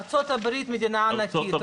ארצות הברית מדינה ענקית,